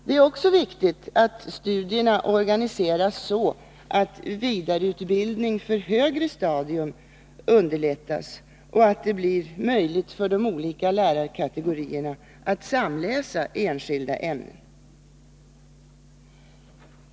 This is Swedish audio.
Det är också viktigt att studierna organiseras så, att vidareutbildning för 59 högre stadium underlättas och att det blir möjligt för de olika lärarkategorierna att samläsa enskilda ämnen.